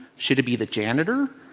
should it be the janitor?